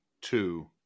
two